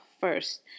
first